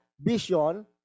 vision